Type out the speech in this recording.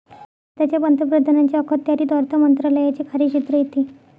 भारताच्या पंतप्रधानांच्या अखत्यारीत अर्थ मंत्रालयाचे कार्यक्षेत्र येते